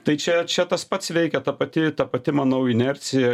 tai čia čia tas pats veikia ta pati ta pati manau inercija